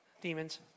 Demons